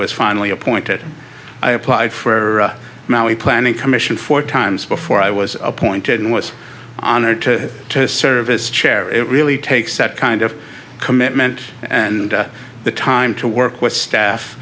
was finally appointed i applied for now a planning commission four times before i was appointed and was honored to serve as chair it really takes that kind of commitment and the time to work with staff